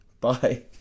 Bye